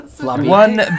one